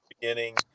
beginning